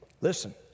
Listen